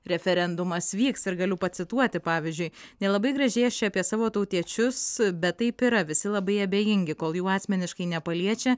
referendumas vyks ir galiu pacituoti pavyzdžiui nelabai gražiai aš čia apie savo tautiečius bet taip yra visi labai abejingi kol jų asmeniškai nepaliečia